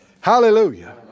Hallelujah